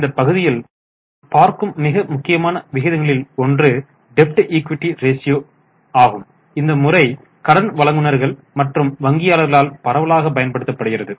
இந்த பகுதியில் நாம் பார்க்கும் மிக முக்கியமான விகிதங்களில் ஒன்று டெப்ட் ஈக்விட்டி ரேஸியோ ஆகும் இந்த முறை கடன் வழங்குநர்கள் மற்றும் வங்கியாளர்களால் பரவலாக பயன்படுத்தப்படுகிறது